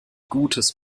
gutes